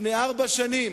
לפני ארבע שנים: